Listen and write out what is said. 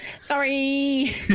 Sorry